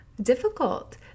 difficult